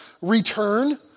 return